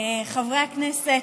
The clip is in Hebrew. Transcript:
חברי הכנסת,